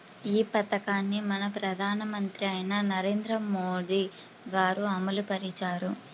ఈ పథకాన్ని మన ప్రధానమంత్రి అయిన నరేంద్ర మోదీ గారు అమలు పరిచారు